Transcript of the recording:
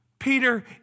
Peter